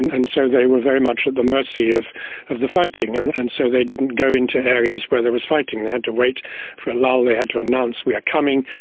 and so they were very much at the mercy of of the fighting. and and so they didn't go into areas where there was fighting. they had to wait for a lull, they had to announce, we are coming,